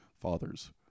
Fathers